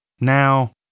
Now